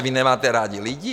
Vy nemáte rádi lidi?